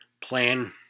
plan